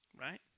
Right